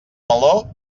meló